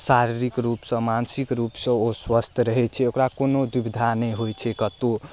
शारीरिक रूपसँ मानसिक रूपसँ ओ स्वस्थ रहै छै ओकरा कोनो दुविधा नहि होइ छै कत्तो